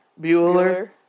Bueller